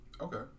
Okay